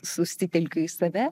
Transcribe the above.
susitelkiu į save